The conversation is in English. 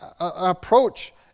approach